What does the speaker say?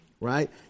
right